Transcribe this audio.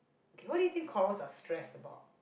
okay what do you think corals are stressed about